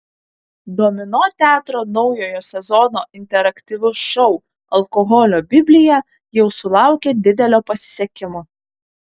domino teatro naujojo sezono interaktyvus šou alkoholio biblija jau sulaukė didelio pasisekimo